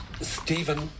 Stephen